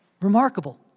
Remarkable